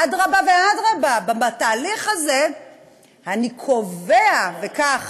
אדרבה ואדרבה, בתהליך הזה אני קובע, וכך